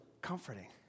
comforting